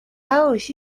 aus